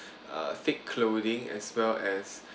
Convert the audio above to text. uh thick clothing as well as